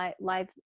live